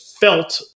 felt